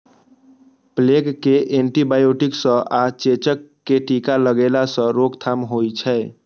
plague कें antibiotic सं आ चेचक कें टीका लगेला सं रोकथाम होइ छै